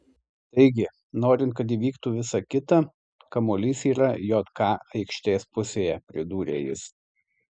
taigi norint kad įvyktų visa kita kamuolys yra jk aikštės pusėje pridūrė jis